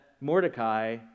Mordecai